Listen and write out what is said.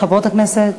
חברות הכנסת?